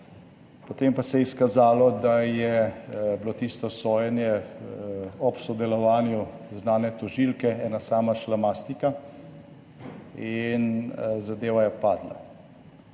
potem pa se je izkazalo, da je bilo tisto sojenje ob sodelovanju znane tožilke ena sama šlamastika in zadeva je padla.